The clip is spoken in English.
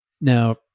Now